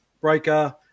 breaker